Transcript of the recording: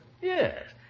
Yes